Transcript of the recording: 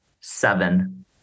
Seven